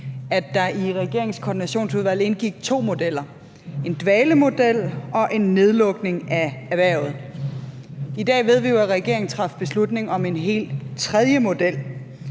at der i regeringens koordinationsudvalg indgik to modeller, nemlig en dvalemodel og en nedlukning af erhvervet. I dag ved vi jo, at regeringen traf beslutning om en helt tredje model.